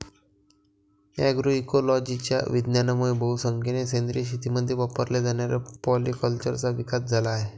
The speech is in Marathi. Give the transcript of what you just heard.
अग्रोइकोलॉजीच्या विज्ञानामुळे बहुसंख्येने सेंद्रिय शेतीमध्ये वापरल्या जाणाऱ्या पॉलीकल्चरचा विकास झाला आहे